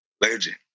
Legend